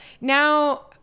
now